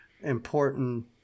important